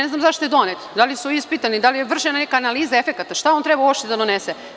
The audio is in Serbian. Ne znam zašto je donet, da li su ispitani, da li su vršene neka analize efekata, šta on treba uopšte da donese?